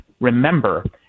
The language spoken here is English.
Remember